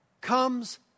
comes